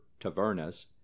tavernas